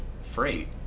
freight